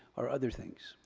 or other things.